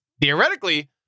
theoretically